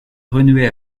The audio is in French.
renouer